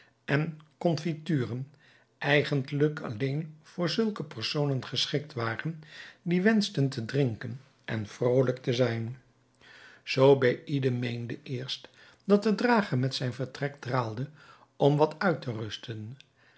en konfituren eigentlijk alleen voor zulke personen geschikt waren die wenschten te drinken en vrolijk te zijn zobeïde meende eerst dat de drager met zijn vertrek draalde om wat uit te rusten